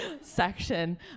section